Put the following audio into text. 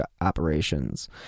operations